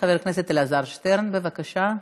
חבר הכנסת אלעזר שטרן, בבקשה.